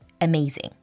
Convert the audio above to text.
amazing